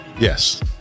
yes